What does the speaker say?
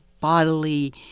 bodily